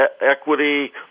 equity